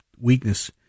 weakness